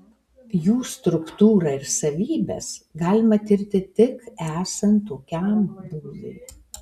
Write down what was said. jų struktūrą ir savybes galima tirti tik esant tokiam būviui